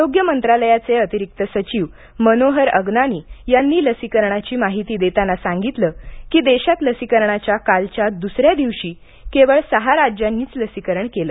आरोग्य मंत्रालयाचे अतिरिक्त सचिव मनोहर अग्नानी यांनी लसीकरणाची माहिती देताना सांगितलं की देशात लसीकरणाच्या कालच्या द्सऱ्या दिवशी केवळ सहा राज्यांनीच लसीकरण केलं